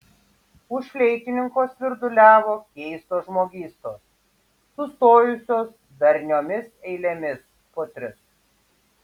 už fleitininko svirduliavo keistos žmogystos sustojusios darniomis eilėmis po tris